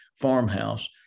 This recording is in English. farmhouse